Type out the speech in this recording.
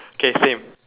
okay same